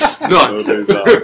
No